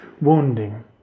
wounding